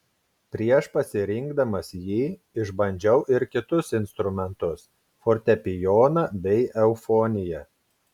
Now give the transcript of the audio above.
prieš pasirinkdamas jį išbandžiau ir kitus instrumentus fortepijoną bei eufoniją